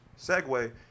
segue